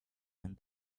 and